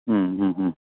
ഹമ് ഹമ് ഹമ്